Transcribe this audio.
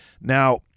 Now